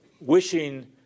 wishing